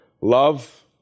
love